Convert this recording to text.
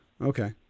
Okay